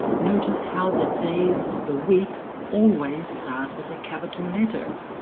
notice how the days of the week always start with a capital letter.